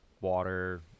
water